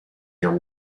your